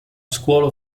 scuola